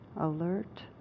alert